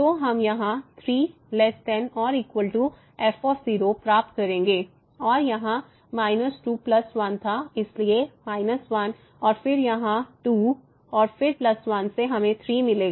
तो हम यहाँ 3≤ f प्राप्त करेंगे और यहाँ माइनस 2 प्लस 1 था इसलिए 1 और फिर यहाँ 2 और फिर प्लस 1 से हमें 3 मिलेगा